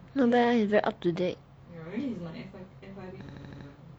not bad eh he is very up to date